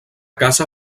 casa